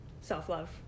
self-love